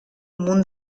munt